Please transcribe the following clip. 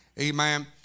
Amen